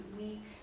week